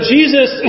Jesus